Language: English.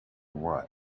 what